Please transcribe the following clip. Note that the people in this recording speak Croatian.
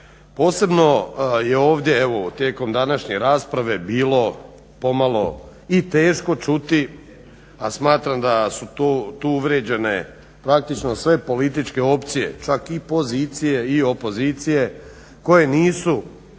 Posebno je ovdje evo tijekom današnje rasprave bilo pomalo i teško čuti a smatram da su tu uvrijeđene praktično sve političke opcije, čak i pozicije i opozicije koje nisu